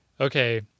okay